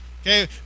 Okay